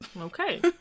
Okay